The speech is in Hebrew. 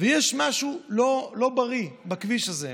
יש משהו לא בריא בכביש הזה,